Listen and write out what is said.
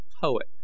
poet